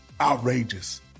outrageous